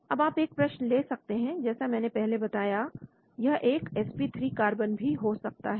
अब आप एक प्रश्न ले सकते हैं जैसा मैंने पहले बताया यह एक sp3 कार्बन भी हो सकता है